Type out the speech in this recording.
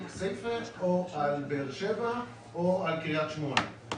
כסייפה או על באר שבע או על קריית שמונה.